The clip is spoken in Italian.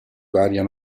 varia